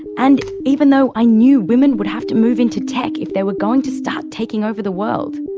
and even though i knew women would have to move into tech if they were going to start taking over the world.